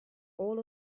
all